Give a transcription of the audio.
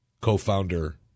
co-founder